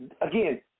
Again